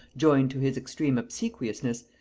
joined to his extreme obsequiousness,